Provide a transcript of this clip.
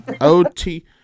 OT